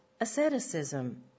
asceticism